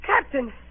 Captain